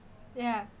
ya